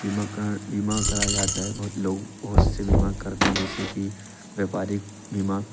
बीमाकण बीमा कराया जाता है बहुत लोग बहुत से बीमा करते हैं जैसे कि व्यापारिक बीमा